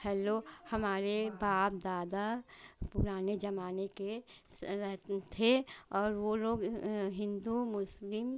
hello हमारे बाप दादा पुराने ज़माने के थे और वे लोग हिन्दू मुस्लिम